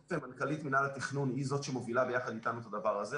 מנכ"לית מנהל התכנון היא זאת שמובילה ביחד איתנו את הדבר הזה.